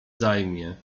zajmie